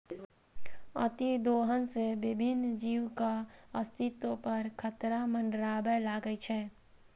अतिदोहन सं विभिन्न जीवक अस्तित्व पर खतरा मंडराबय लागै छै